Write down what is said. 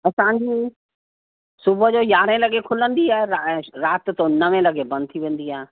असांजी सुबूह जो यारहें लॻे खुलंदी आहे ऐं राति जो नवें लॻे बंदि थी वेंदी आहे